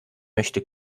möchte